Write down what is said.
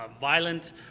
violent